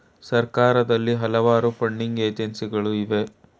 ಸರ್ಕಾರದಲ್ಲಿ ಹಲವಾರು ಫಂಡಿಂಗ್ ಏಜೆನ್ಸಿಗಳು ಇವೆ